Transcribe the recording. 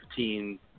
15